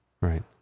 Right